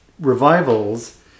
revivals